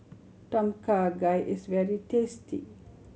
Tom Kha Gai is very tasty